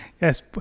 Yes